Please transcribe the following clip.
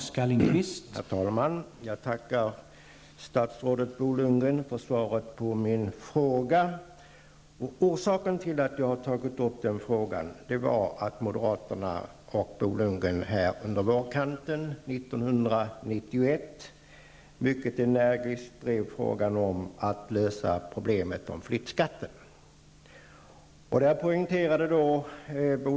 Herr talman! Jag tackar statsrådet Bo Lundgren för svaret på min fråga. Orsaken till att jag ställde frågan var att moderaterna och Bo Lundgren på vårkanten 1991 mycket energiskt drev frågan om att lösa problemet med flyttskatten.